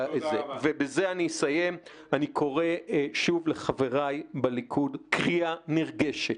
אני קורא שוב לחבריי בליכוד, קריאה נרגשת: